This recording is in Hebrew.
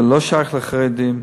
זה לא שייך לחרדים.